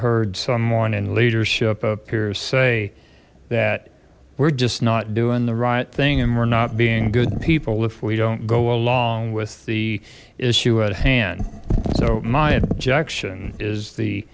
heard someone in leadership up here say that we're just not doing the right thing and we're not being good people if we don't go along with the issue at hand so my objection is the